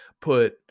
put